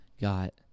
got